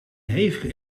hevige